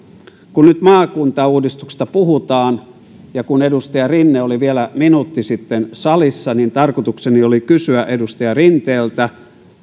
kun nyt maakuntauudistuksesta puhutaan ja kun edustaja rinne oli vielä minuutti sitten salissa niin tarkoitukseni oli kysyä edustaja rinteeltä